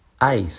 ice